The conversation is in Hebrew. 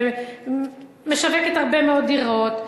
שמשווקת הרבה מאוד דירות,